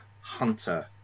hunter